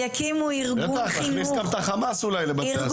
בטח, להכניס גם את החמאס אולי לבתי הספר.